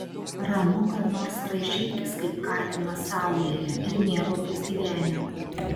ramu kad nors rąžykis kaip katinas saulėje ir mėgaukis gyvenimu